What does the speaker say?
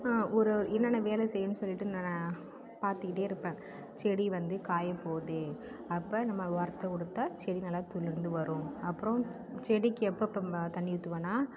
ஒரு என்னென்ன வேலை செய்யணும்ன்னு சொல்லிட்டு நான் பார்த்துகிட்டே இருப்பேன் செடி வந்து காய போகுது அப்போ நம்ம உரத்த கொடுத்தா செடி நல்லா துளிர்ந்து வரும் அப்புறம் செடிக்கு எப்பப்போ ம தண்ணி ஊற்றுவேனா